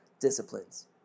disciplines